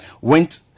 Went